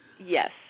Yes